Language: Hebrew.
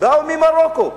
באו ממרוקו.